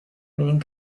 meaning